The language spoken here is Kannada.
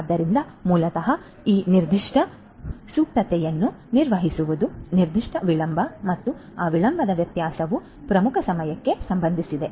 ಆದ್ದರಿಂದ ಮೂಲತಃ ಆ ನಿರ್ದಿಷ್ಟ ಸುಪ್ತತೆಯನ್ನು ನಿರ್ವಹಿಸುವುದು ನಿರ್ದಿಷ್ಟ ವಿಳಂಬ ಮತ್ತು ಆ ವಿಳಂಬದ ವ್ಯತ್ಯಾಸವು ಪ್ರಮುಖ ಸಮಯಕ್ಕೆ ಸಂಬಂಧಿಸಿದೆ